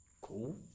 cool